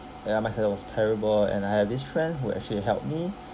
ya my standard was terrible and I have this friend who actually helped me